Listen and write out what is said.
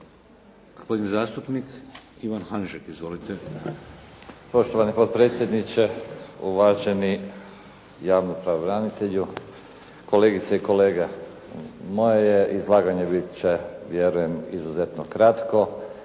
Gospodin zastupnik Ivan Hanžek. Izvolite. **Hanžek, Ivan (SDP)** Poštovani potpredsjedniče, uvaženi javni pravobranitelju, kolegice i kolege. Moje izlaganje biti će vjerujem izuzetno kratko.